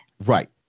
Right